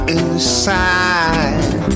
inside